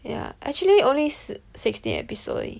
yah actually only sixteen episode 而已